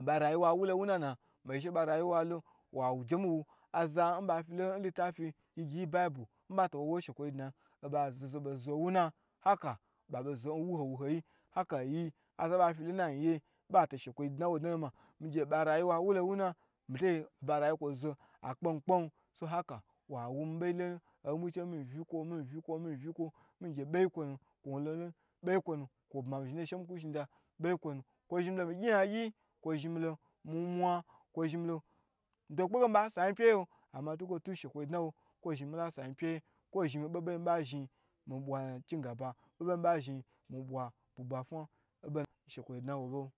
nba rayiwa wulo nwunana ma ge she ba rayuwalo, wa pyi tu wa je mi wu aza ba filo litifi gyi gyi yi n baibu nba rayuwa bo zo nwa na ba bo zo nwuna ba bozo nwu ho wu hoyi aka aza ba filo n nayin ye bai to shekwo boda dna loma ye gye nba rayuwa wulo nwuna mito gye nba rayuwa ko zo akpe mi kpen so haka wa wumi be yi lonu, omi bwi gyi che miyi vikwo miyi vikwo miyi vikwo mi gye beyi kwo nu kwo ku wulo lonu kwo ba yi zhinlo ngye she mi ku shine kwo zhin milo miyi gyi yan gyi kwo zhin milo miyi mwa kwo zhi milo mi to be kpe ge mi ba si ayin pye yi yen ama ntuku shekwo dna wo kwo zhi milasi ayin pye yiyu mi zhin mi boho bohoyi mi bai zhin miyi bwa chingaba miyi bwa bugba fua abo